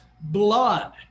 blood